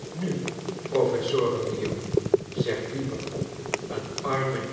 nu professore mio zeg tiever een arme